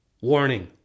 Warning